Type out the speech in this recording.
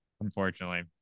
Unfortunately